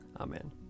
Amen